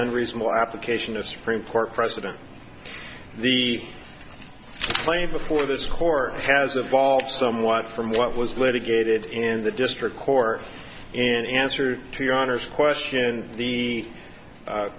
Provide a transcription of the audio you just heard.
unreasonable application of supreme court precedent the plain before this court has evolved somewhat from what was litigated in the district court in answer to your honor's question